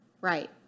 Right